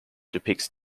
depicts